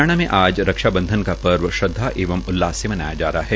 हरियाणा में आज रक्षा बंधन का पर्व श्रदवा एवं उल्लास से मनाया जा रहा है